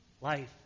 Life